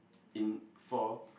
in for